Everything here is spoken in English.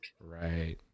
right